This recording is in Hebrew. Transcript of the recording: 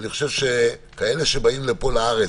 אני חושב שמי שבא לארץ